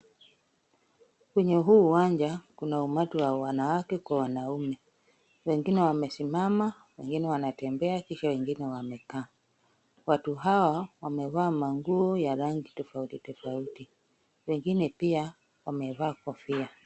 Kwenye huu uwanja, kuna umati wa wanawake kwa wanaume, wengine wamesimama, wengine wanatembea kisha wengine wamekaa. Watu hawa wamevaa manguo ya rangi tofauti tofauti, wengine pia wamevaa kofia.